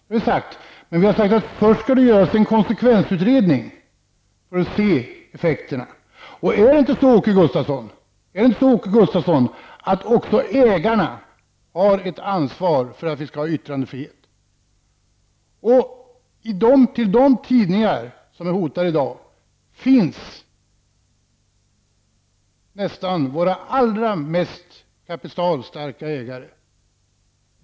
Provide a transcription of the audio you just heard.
Det är sant. Men vi har sagt att det först skall göras en konsekvensutredning för att man skall se effekterna. Och är det inte så, Åke Gustavsson, att också ägarna har ett ansvar för att vi skall ha yttrandefrihet? De tidningar som i dag är hotade har ofta de mest kapitalstarka ägarna.